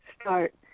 start